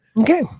Okay